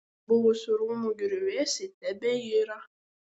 buvusių rūmų griuvėsiai tebeiro